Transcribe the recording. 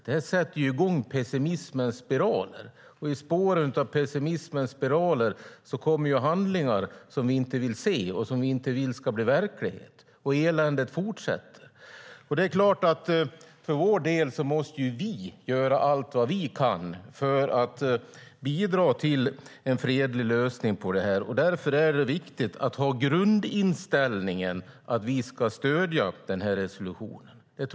Det sätter i gång pessimismens spiraler, och i spåren av dem kommer handlingar som vi inte vill se och inte vill ska bli verklighet. Eländet fortsätter. Det är klart att vi för vår del måste göra allt vad vi kan för att bidra till en fredlig lösning på detta. Därför är det oerhört viktigt att ha grundinställningen att vi ska stödja resolutionen.